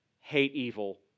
hate-evil